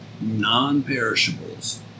Non-perishables